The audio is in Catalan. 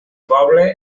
poble